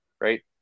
Right